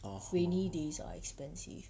(uh huh)